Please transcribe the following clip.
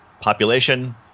Population